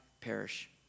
perish